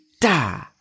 da